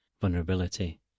vulnerability